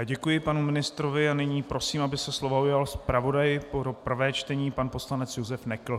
Děkuji panu ministrovi a nyní prosím, aby se slova ujal zpravodaj pro prvé čtení pan poslanec Josef Nekl.